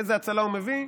איזו הצלה הוא מביא,